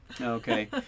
okay